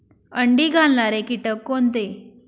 अंडी घालणारे किटक कोणते?